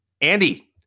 Andy